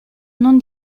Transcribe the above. non